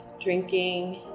drinking